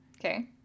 Okay